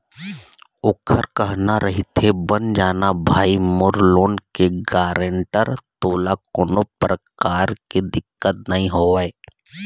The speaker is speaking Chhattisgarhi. ओखर कहना रहिथे बन जाना भाई मोर लोन के गारेंटर तोला कोनो परकार के दिक्कत नइ होवय